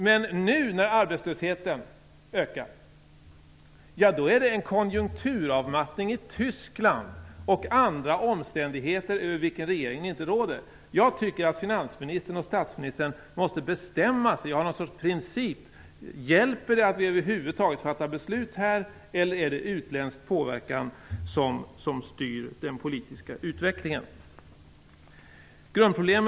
Men nu när arbetslösheten ökar beror det på en konjunkturavmattning i Tyskland och andra omständigheter över vilka regeringen inte råder. Jag tycker att finansministern och statsministern måste bestämma sig för någon princip. Hjälper det över huvud taget att vi fattar beslut här? Eller är det utländsk påverkan som styr den politiska utvecklingen? Herr talman!